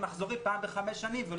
מחזורי פעם בחמש שנים ולא נמצא שום דבר.